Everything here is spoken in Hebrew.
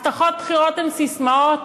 הבטחות בחירות הן ססמאות?